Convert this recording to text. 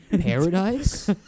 Paradise